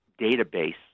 database